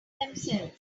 themselves